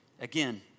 Again